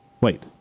Wait